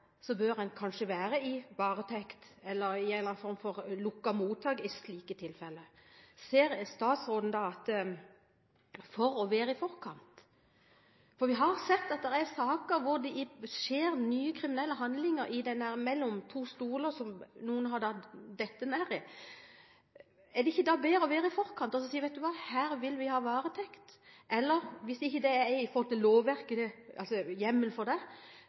så pass tydelig, siden vi ikke vet hvem dette er, at en kanskje tar i bruk varetekt eller en eller annen form for lukket mottak i slike tilfeller? Vi har sett saker hvor det skjer nye kriminelle handlinger når noen har falt mellom to stoler. Er det ikke da bedre å være i forkant og si at vet du hva, her vil vi ha varetekt, eller – hvis det ikke er hjemmel for det